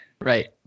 Right